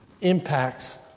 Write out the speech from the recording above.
impacts